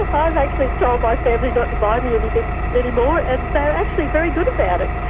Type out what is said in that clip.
ah ah i've actually told my family not to buy me anything any more. and they're actually very good about it.